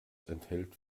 enthält